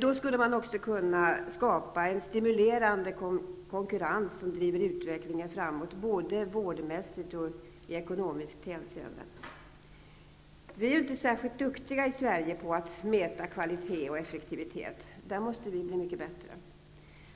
Då skulle man också kunna skapa en stimulerande konkurrens som driver utvecklingen framåt, både vårdmässigt och i ekonomiskt hänseende. Vi är inte särskilt duktiga i Sverige på att mäta kvalitet och effektivitet. Där måste vi bli mycket bättre.